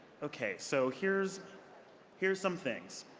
okay. so here's here's some things.